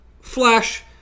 Flash